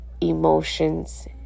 emotions